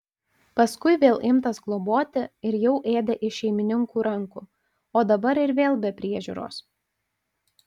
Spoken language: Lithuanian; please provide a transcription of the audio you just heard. paskui vėl imtas globoti ir jau ėdė iš šeimininkų rankų o dabar ir vėl be priežiūros